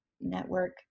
network